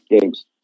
games